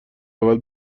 اول